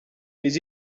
les